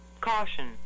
Caution